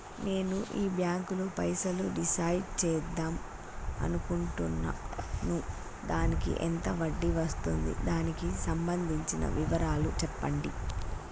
నేను ఈ బ్యాంకులో పైసలు డిసైడ్ చేద్దాం అనుకుంటున్నాను దానికి ఎంత వడ్డీ వస్తుంది దానికి సంబంధించిన వివరాలు చెప్పండి?